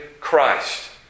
Christ